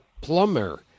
plumber